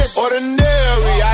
ordinary